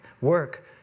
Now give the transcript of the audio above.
Work